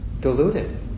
diluted